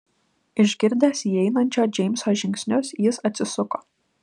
išgirdęs įeinančio džeimso žingsnius jis atsisuko